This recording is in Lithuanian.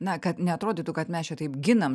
na kad neatrodytų kad mes čia taip ginam